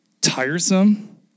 tiresome